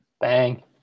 bang